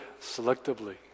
selectively